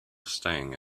staying